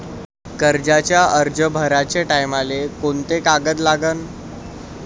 कर्जाचा अर्ज भराचे टायमाले कोंते कागद लागन?